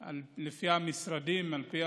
על פי המשרדים, על פי